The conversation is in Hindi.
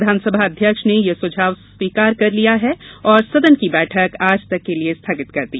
विधानसभा अध्यक्ष ने यह सुझाव स्वीकार कर लिया और सदन की बैठक आज तक के लिए स्थगित कर दी